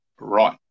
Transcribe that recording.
right